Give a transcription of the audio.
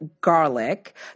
garlic